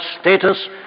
status